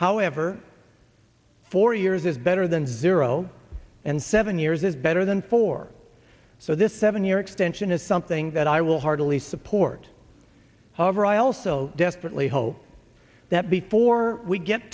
however four years is better than zero and seven years is better than four so this seven year extension is something that i will heartily support however i also desperately hope that before we get